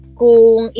kung